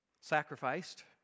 Sacrificed